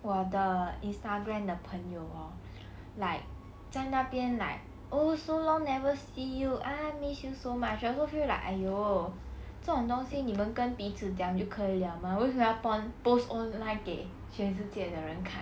我的 instagram 的朋友 hor like 在那边 like oh so long never see you ah miss you so much I also feel like !aiyo! 这种东西你们跟彼此讲可以 liao mah 为什么要 post online 给全世界的人看